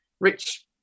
rich